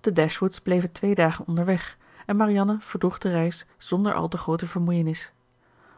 de dashwoods bleven twee dagen onderweg en marianne verdroeg de reis zonder al te groote vermoeienis